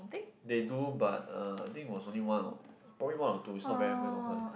they do but uh I think it was only one or probably one or two it's not very very often